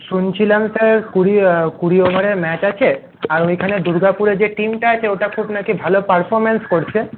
শুনছিলাম স্যার কুড়ি কুড়ি ওভারের ম্যাচ আছে আর ওইখানে দুর্গাপুরের যে টিমটা আছে ওটা খুব নাকি ভালো পারফর্মেন্স করছে